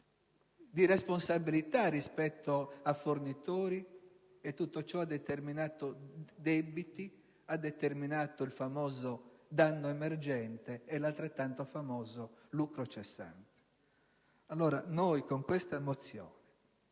di responsabilità nei confronti dei fornitori. Tutto ciò ha determinato debiti, ha determinato il famoso danno emergente e l'altrettanto famoso lucro cessante. Noi, con questa mozione,